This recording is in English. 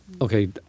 Okay